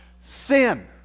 sin